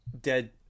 dead